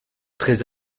très